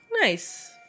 Nice